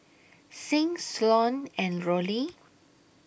Sing Sloane and Rollie